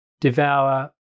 devour